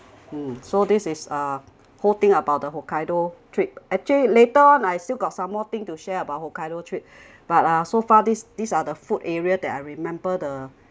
hmm so this is uh whole thing about the hokkaido trip actually later on I still got some more thing to share about hokkaido trip but ah so far these these are the food area that I remember the